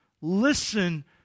Listen